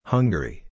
Hungary